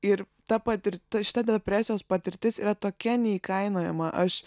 ir ta patirtis šita depresijos patirtis yra tokia neįkainojama aš